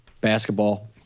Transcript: Basketball